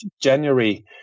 January